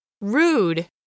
Rude